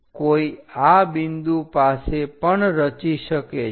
કોઈ આ બિંદુ પાસે પણ રચી શકે છે